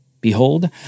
Behold